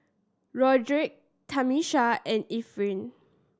Roderick Tamisha and Efren